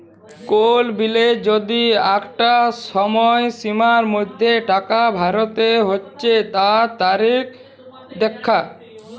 কোল বিলের যদি আঁকটা সময়সীমার মধ্যে টাকা ভরতে হচ্যে তার তারিখ দ্যাখা